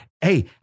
hey